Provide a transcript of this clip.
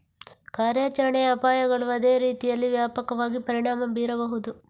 ಕಾರ್ಯಾಚರಣೆಯ ಅಪಾಯಗಳು ಅದೇ ರೀತಿಯಲ್ಲಿ ವ್ಯಾಪಕವಾಗಿ ಪರಿಣಾಮ ಬೀರಬಹುದು